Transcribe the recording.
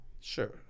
Sure